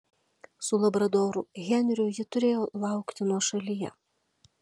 su labradoru henriu ji turėjo laukti nuošalyje